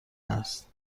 هست